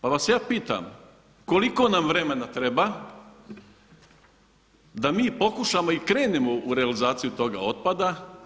Pa vas ja pitam, koliko nam vremena treba da mi pokušamo i krenemo u realizaciju toga otpada?